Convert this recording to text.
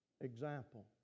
Example